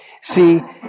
See